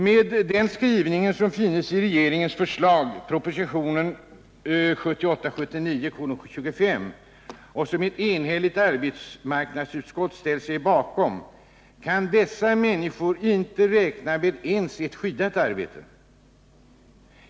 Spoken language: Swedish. Med den skrivning som finns i regeringens förslag — propositionen 1978/ 79:25 — som ett enhälligt arbetsmarknadsutskott ställt sig bakom kan dessa människor inte ens räkna med ett skyddat arbete.